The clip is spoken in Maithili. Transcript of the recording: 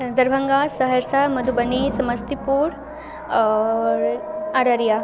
दरभङ्गा सहरसा मधुबनी समस्तीपुर आओर अररिया